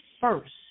first